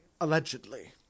Allegedly